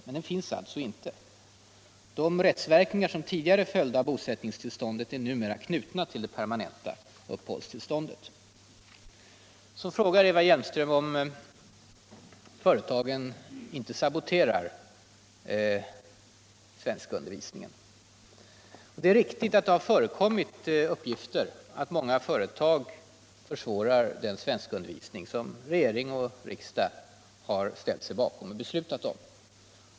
Men det finns alltså inte kvar. De rättsverkningar som tidigare följde av bosättningstillståndet är numera knutna till det permanenta uppehållstillståndet. Så frågar Eva Hjelmström om företagen inte saboterar svenskundervisningen. Det är riktigt att det har förekommit uppgifter om att företag försvårar den svenskundervisning som regering och riksdag har ställt sig bakom och beslutat om.